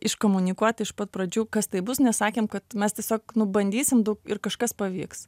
iškomunikuoti iš pat pradžių kas tai bus nes sakėm kad mes tiesiog bandysim ir kažkas pavyks